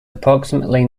approximately